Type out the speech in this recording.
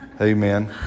Amen